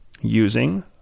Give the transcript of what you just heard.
using